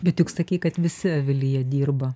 bet juk sakei kad visi avilyje dirba